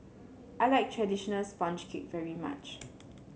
I like traditional sponge cake very much